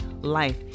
life